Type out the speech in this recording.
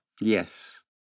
Yes